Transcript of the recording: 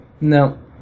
No